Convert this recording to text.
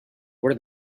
were